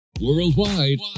Worldwide